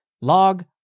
log